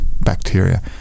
bacteria